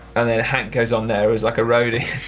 and then hank goes on there as like a roadie,